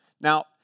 Now